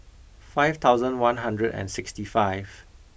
five thousand one hundred and sixty five